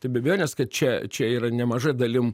tai be abejonės kad čia čia yra nemaža dalim